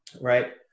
right